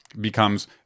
becomes